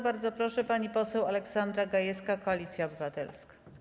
Bardzo proszę, pani poseł Aleksandra Gajewska, Koalicja Obywatelska.